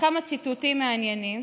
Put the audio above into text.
כמה ציטוטים מעניינים